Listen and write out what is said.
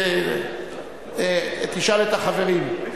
תשאל את החברים.